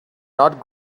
not